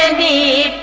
the